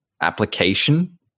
application